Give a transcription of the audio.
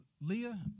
Leah